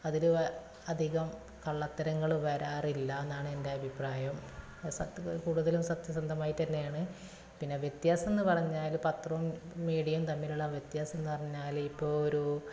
അതിൽ അധികം കള്ളത്തരങ്ങൾ വരാറില്ല എന്നാണ് എൻ്റെ അഭിപ്രായം സത്യത കൂടുതലും സത്യസന്ധമായി തന്നെയാണ് പിന്നെ വ്യത്യാസം എന്ന് പറഞ്ഞാൽ പത്രവും മീഡിയയും തമ്മിലുള്ള വ്യത്യാസം എന്ന് പറഞ്ഞാൽ ഇപ്പോൾ ഒരൂ